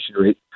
rate